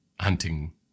hunting